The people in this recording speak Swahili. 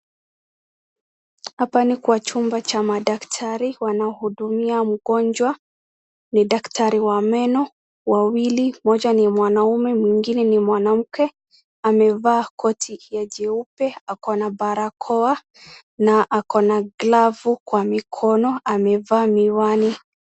Hapa ni kwa chumba cha madaktari wanaohudumia mgonjwa. Ni daktari wa meno wawili, mmoja ni mwanaume, mwingine ni mwanamke amevaa koti ya jeupe ako na barakoa na ako na glavu kwa mikono amevaa miwani.